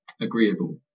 agreeable